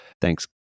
thanks